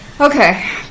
Okay